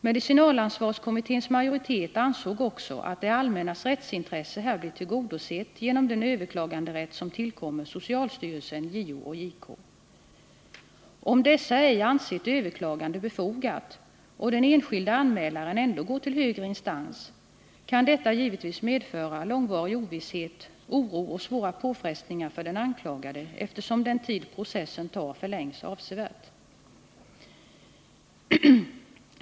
Medicinalansvarskommitténs majoritet ansåg 81 också att det allmännas rättsintresse här blir tillgodosett genom den överklaganderätt som tillkommer socialstyrelsen, JO och JK. Om dessa ej ansett överklagande befogat och den enskilde anmälaren ändå går till högre instans, kan detta givetvis medföra långvarig ovisshet, oro och svåra påfrestningar för den anklagade, eftersom den tid processen tar förlängs avsevärt.